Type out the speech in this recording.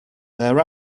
there